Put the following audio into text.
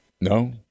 No